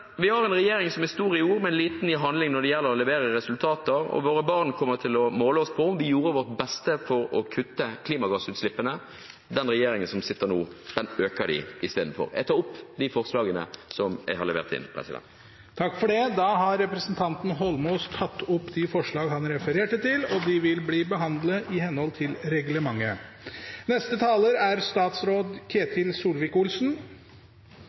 Vi har en regjering som er stor i ord, men liten i handling når det gjelder å levere resultater. Våre barn kommer til å måle oss på om vi gjorde vårt beste for å kutte klimagassutslippene. Den regjeringen som sitter nå, øker dem istedenfor. I samferdselspolitikken er det mange mål vi skal innfri. Men hovedformålet med samferdsel er å komme seg rundt – komme seg til og fra arbeid, jobb, til og